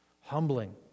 Humbling